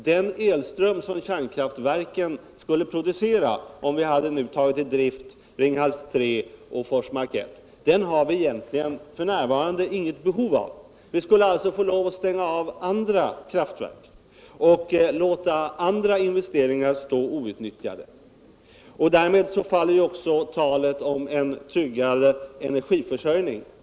Den elström som kärnkraftverken skulle producera, om vi nu hade tagit i drift Ringhals 3 och Forsmark 1, har vi f. n. inget behov av. Vi skulle alltså få lov att stänga av andra kraftverk och låta andra investeringar stå outnyttjade. Därmed faller också talet om en tryggare energiförsörjning.